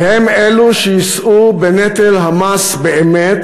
והם שיישאו בנטל המס באמת,